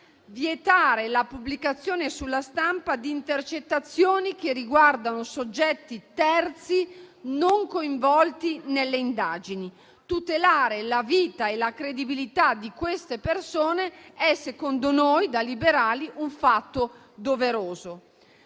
vietare la pubblicazione sulla stampa di intercettazioni che riguardano soggetti terzi non coinvolti nelle indagini. Tutelare la vita e la credibilità di queste persone è secondo noi, da liberali, un fatto doveroso.